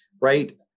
right